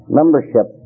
membership